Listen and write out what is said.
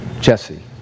Jesse